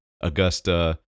Augusta